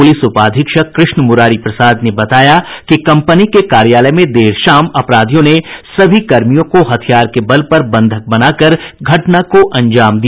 police उपाधीक्षक कृष्ण मुरारी प्रसाद ने बताया कि कंपनी के कार्यालय में देर शाम अपराधियों ने सभी कर्मियों को हथियार के बल पर बंधक बना कर घटना को अंजाम दिया